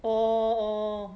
orh orh